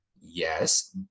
Yes